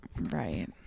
Right